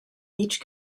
each